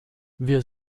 wir